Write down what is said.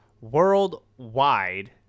Worldwide